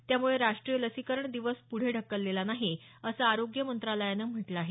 त्यामुळे राष्ट्रीय लसीकरण दिवस प्ढं ढकलेला नाही असं आरोग्य मंत्रालयानं म्हटलं आहे